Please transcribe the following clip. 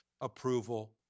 approval